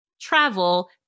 travel